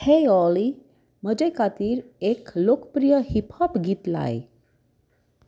हेय ऑली म्हजे खातीर एक लोकप्रिय हिपहॉप गीत लाय